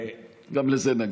גם לזה נגיע.